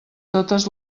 totes